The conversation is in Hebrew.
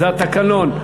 זה התקנון.